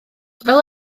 fel